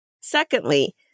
Secondly